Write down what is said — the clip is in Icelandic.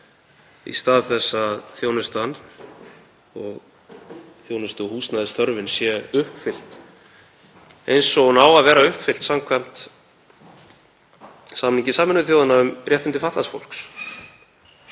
í stað þess að þjónustan og þjónustuhúsnæðisþörfin sé uppfyllt eins og hún á að vera uppfyllt samkvæmt samningi Sameinuðu þjóðanna um réttindi fatlaðs fólks.